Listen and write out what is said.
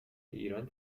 ایران